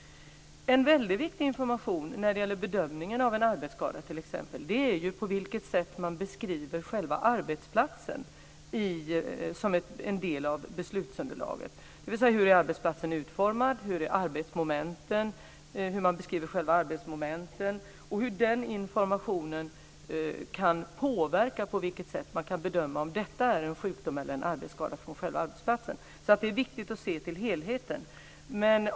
Som en del av beslutunderlaget när man gör en bedömning av t.ex. en arbetsskada är en väldigt viktig information på vilket sätt man beskriver själva arbetsplatsen, dvs. hur arbetsplatsen är utformad, och hur man beskriver själva arbetsmomenten. Denna information kan påverka möjligheten att bedöma om sjukdomen eller arbetsskadan uppstått på arbetsplatsen. Det är alltså viktigt att se till helheten.